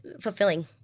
fulfilling